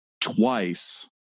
twice